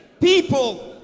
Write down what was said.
people